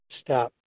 stop